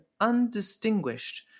undistinguished